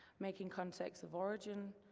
making contextss of origin,